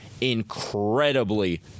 incredibly